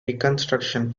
reconstruction